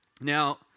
Now